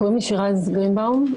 קוראים לי שירז גרינבאום.